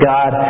God